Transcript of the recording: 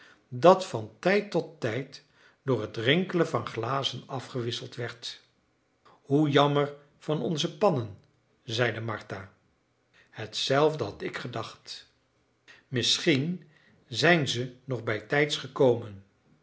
dat van tijd tot tijd door het rinkelen van glazen afgewisseld werd hoe jammer van onze pannen zeide martha hetzelfde had ik gedacht misschien zijn ze nog bijtijds gekomen